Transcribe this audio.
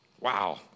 Wow